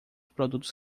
produtos